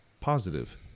positive